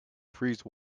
freeze